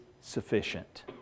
sufficient